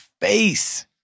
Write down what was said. face